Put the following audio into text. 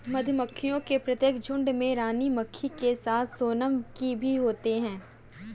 मधुमक्खियों के प्रत्येक झुंड में रानी मक्खी के साथ सोनम की भी होते हैं